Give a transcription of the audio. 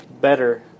better